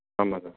ஆமாம் சார்